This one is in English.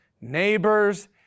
neighbors